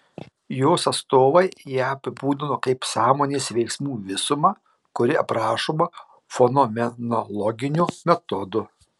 jos atstovai ją apibūdino kaip sąmonės veiksmų visumą kuri aprašoma fenomenologiniu metodu